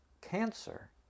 cancer